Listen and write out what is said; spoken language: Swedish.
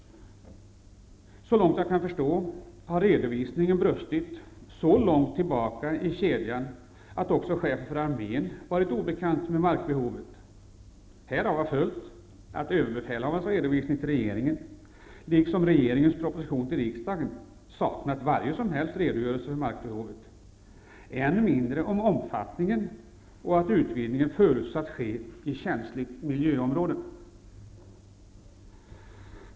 Såvitt jag kan förstå har redovisningen brustit så långt tillbaka i kedjan att också chefen för armén har varit obekant med markbehovet. Härav har följt att överbefälhavarens redovisning till regeringen, liksom regeringens proposition till riksdagen, saknat varje som helst redogörelse för markbehovet. Än mindre har det funnits någon redovisning av att utvidgningen förutsatts ske i känsligt miljöområde.